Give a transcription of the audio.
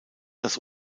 das